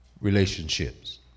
relationships